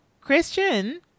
Christian